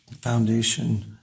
foundation